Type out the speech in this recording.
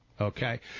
Okay